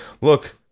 look